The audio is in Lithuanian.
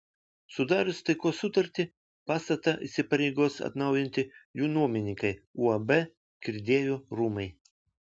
sudarius taikos sutartį pastatą įsipareigos atnaujinti jų nuomininkai uab kirdiejų rūmai